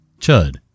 Chud